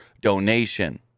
donation